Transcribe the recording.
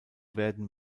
werden